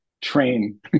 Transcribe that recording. train